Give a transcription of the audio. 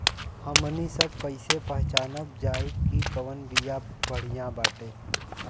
हमनी सभ कईसे पहचानब जाइब की कवन बिया बढ़ियां बाटे?